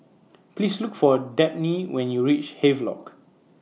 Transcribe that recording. Please Look For Dabney when YOU REACH Havelock